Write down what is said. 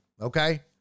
Okay